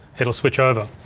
it'll switch over.